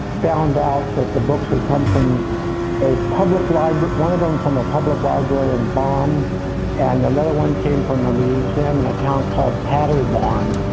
found out that the books had come from a public one of them from a public library in bonn and another one came from a museum in a town called paderborn.